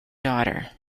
daughter